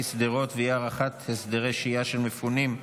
שדרות ואי-הארכת הסדרי שהייה של המפונים.